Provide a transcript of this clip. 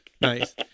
Nice